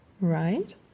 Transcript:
right